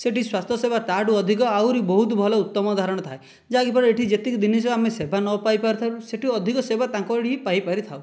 ସେଇଠି ସ୍ୱାସ୍ଥ୍ୟ ସେବା ତାଠାରୁ ଅଧିକ ଆହୁରି ବହୁତ ଭଲ ଉତ୍ତମ ଧାରଣର ଥାଏ ଯାହାକି ଫଳରେ ଏଇଠି ଯେତିକି ଜିନିଷ ଆମେ ସେବା ନ ପାଇ ପାରିଥାଉ ସେଇଠୁ ଅଧିକ ସେବା ତାଙ୍କ ଏଇଠି ପାଇପାରିଥାଉ